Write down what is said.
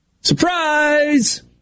Surprise